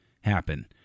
happen